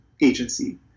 agency